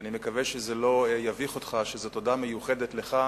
ואני מקווה שזה לא יביך אותך שזו תודה מיוחדת לך,